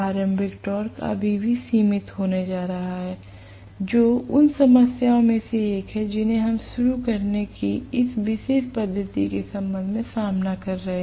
प्रारंभिक टॉर्क अभी भी सीमित होने जा रहा है जो उन समस्याओं में से एक है जिन्हें हम शुरू करने की इस विशेष पद्धति के संबंध में सामना कर रहे हैं